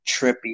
trippy